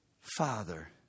father